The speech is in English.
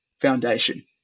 foundation